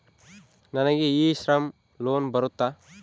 ನನಗೆ E Shram loan ಬರುತ್ತಾ?